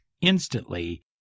instantly